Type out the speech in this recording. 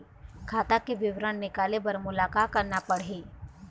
खाता के विवरण निकाले बर मोला का करना पड़ही?